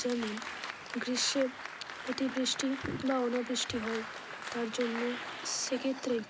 যেমন গ্রীষ্মে অতিবৃষ্টি বা অনাবৃষ্টি হয় তার জন্য সেক্ষেত্রে